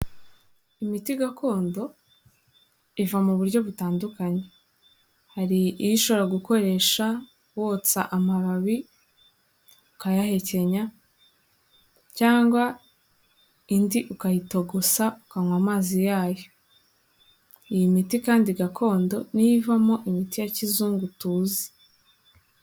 Imiti gakondo iva mu buryo butandukanye hari iyo ushobora gukoresha wotsa amababi ukayahekenya cyangwa indi ukayitogosa ukanywa amazi yayo, iyi miti kandi gakondo niyo ivamo imiti ya kizungu tuzi.